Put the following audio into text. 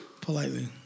Politely